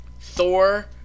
Thor